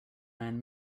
man